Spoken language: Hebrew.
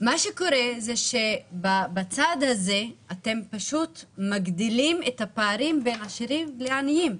מה שקורה זה שבצד הזה אתם פשוט מגדילים את הפערים בין עשירים לעניים,